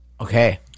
Okay